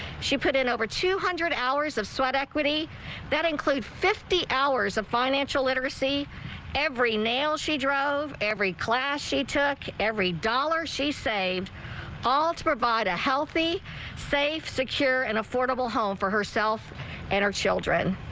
she put in over two hundred hours of sweat equity that include fifty hours of financial literacy every nail she drove every class she took every dollar she saved all to provide a healthy safe secure and affordable home for herself and her children.